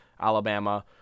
Alabama